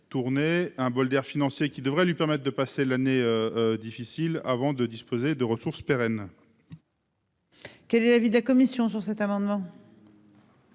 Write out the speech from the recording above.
tourner un bol d'air financier qui devrait lui permettre de passer l'année difficile avant de disposer de ressources pérennes. Quel est l'avis de la commission sur cet amendement.